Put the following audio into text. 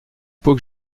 pot